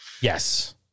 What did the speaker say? Yes